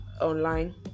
online